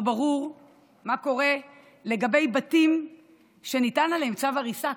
לא ברור מה קורה לגבי בתים שכבר ניתן עליהם צו הריסה,